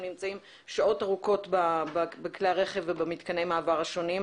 נמצאים שעות ארוכות בכלי הרכב ובמתקני המעבר השונים.